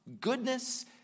goodness